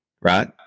Right